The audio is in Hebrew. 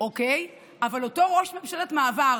אוקיי, אבל אותו ראש ממשלת מעבר,